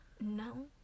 No